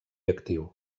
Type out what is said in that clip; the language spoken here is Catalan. actiu